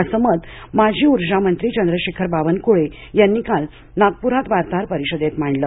असं मत माजी उर्जामंत्री चंद्रशेखर बावनकुळे यांनी काल नागपुरात वार्ताहर परिषदेत मांडलं